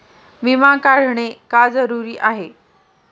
विमा काढणे का जरुरी आहे?